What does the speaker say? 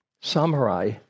samurai